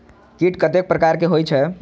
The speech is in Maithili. कीट कतेक प्रकार के होई छै?